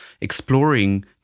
exploring